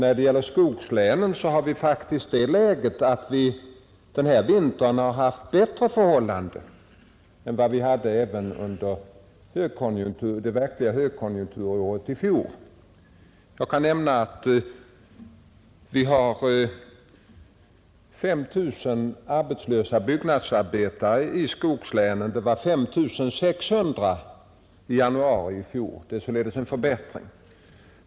När det gäller skogslänen har vi faktiskt denna vinter haft bättre sysselsättningsförhållanden än under det verkliga Jag kan nämna att vi nu har 5 000 arbetslösa byggnadsarbetare i skogslänen mot 5 600 i januari i fjol. Det är således en förbättring.